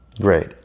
Great